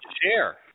share